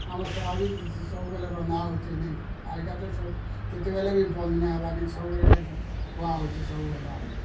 ଆମର ସ୍ୱାଭାବିକ ସବୁବେଲେ ରନ୍ଧା ହଉଛି ନେଇଁ ଆ ଏଇଟା ତ ସବ୍ କେତେବେଲେ ବି ବନ୍ଦ ନାଇଁ ହବାର୍ ନାଇଁ ସବୁବେଳେ ଏଇଟା ଖୁଆ ହଉଛି ସବୁବେଲେ ଆରୁ